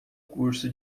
curso